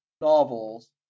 novels